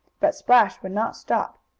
but splash would not stop.